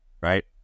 right